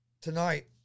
Tonight